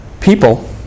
People